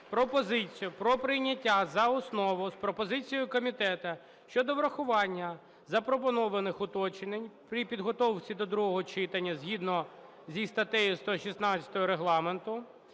пропозицію про прийняття за основу з пропозицією комітету щодо врахування запропонованих уточнень при підготовці до другого читання згідно зі статтею 116 Регламенту